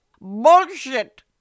Bullshit